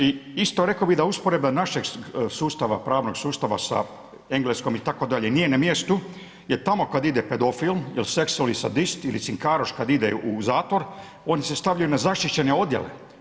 I isto rekao bi da usporedba našeg sustava, pravnog sustava sa Engleskom itd., nije na mjestu jer tamo kada ide pedofil, seksualni sadist ili cinkaroš kad ide u zatvor oni se stavljaju na zaštićene odjele.